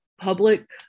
Public